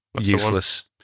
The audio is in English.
useless